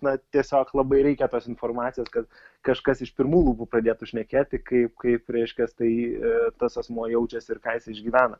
na tiesiog labai reikia tos informacijos kad kažkas iš pirmų lūpų pradėtų šnekėti kaip kaip reiškias tai tas asmuo jaučiasi ir ką jis išgyvena